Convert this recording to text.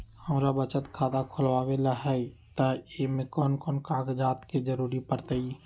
हमरा बचत खाता खुलावेला है त ए में कौन कौन कागजात के जरूरी परतई?